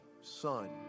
son